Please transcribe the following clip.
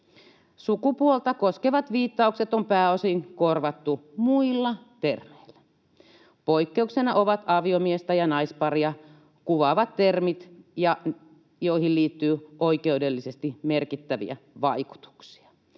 Sukupuolta koskevat viittaukset on pääosin korvattu muilla termeillä. Poikkeuksena ovat aviomiestä ja naisparia kuvaavat termit, joihin liittyy oikeudellisesti merkittäviä vaikutuksia.”